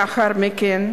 לאחר מכן,